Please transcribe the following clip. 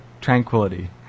tranquility